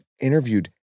interviewed